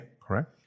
Correct